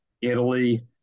Italy